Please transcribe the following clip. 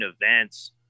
events